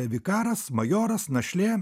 vikaras majoras našlė